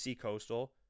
coastal